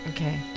Okay